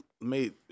made